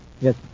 Yes